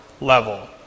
level